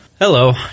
Hello